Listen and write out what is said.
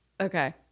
Okay